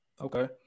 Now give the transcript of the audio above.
Okay